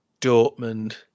Dortmund